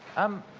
i'm